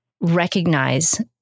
recognize